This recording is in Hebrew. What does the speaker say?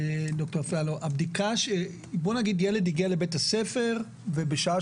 בוא נגיד שילד הגיע לבית הספר ובשעה